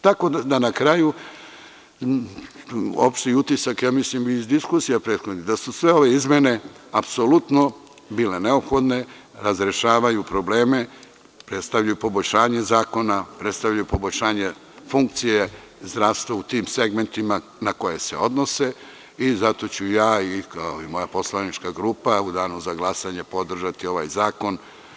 Tako da na kraju, opšti utisak, ja mislim iz diskusija prethodnika da su sve ove izmene apsolutno bile neophodne, razrešavaju probleme predstavljaju poboljšanje zakona, predstavljaju poboljšanje funkcije zdravstva u tim segmentima na koje se odnose i zato ću ja i kao i moja poslanička grupa u danu za glasanje podržati ovaj zakon.